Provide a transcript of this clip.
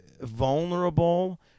Vulnerable